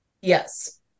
Yes